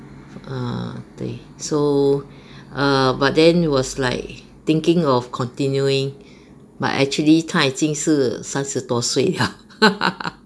err 对 so err but then was like thinking of continuing but actually 他已经是三十多岁 liao